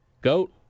Goat